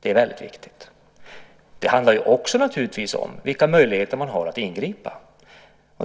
Det är väldigt viktigt. Det handlar naturligtvis också om vilka möjligheter man har att ingripa.